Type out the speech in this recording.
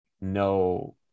no